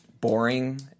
boring